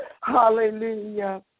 Hallelujah